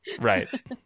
right